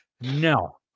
No